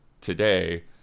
today